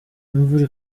imvura